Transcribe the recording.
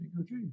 okay